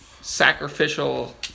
sacrificial